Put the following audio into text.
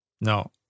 No